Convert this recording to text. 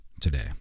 today